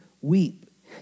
weep